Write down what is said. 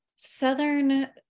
southern